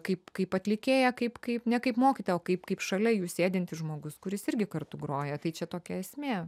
kaip kaip atlikėja kaip kaip ne kaip mokytoja o kaip kaip šalia jų sėdintis žmogus kuris irgi kartu groja tai čia tokia esmė